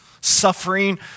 suffering